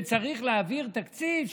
כשצריך להעביר תקציב,